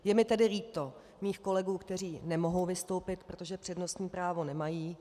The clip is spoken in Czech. Je mi tedy líto mých kolegů, kteří nemohou vystoupit, protože přednostní právo nemají.